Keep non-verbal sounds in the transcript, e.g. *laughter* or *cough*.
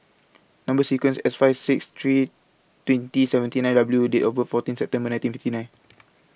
Number sequence IS S five six three twenty seventy nine W and Date of birth fourteen September nineteen fifty nine *noise*